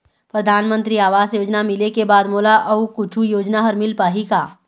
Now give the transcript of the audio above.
परधानमंतरी आवास योजना मिले के बाद मोला अऊ कुछू योजना हर मिल पाही का?